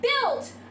built